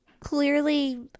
Clearly